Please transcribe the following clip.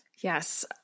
Yes